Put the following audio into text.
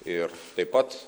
ir taip pat